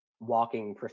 walking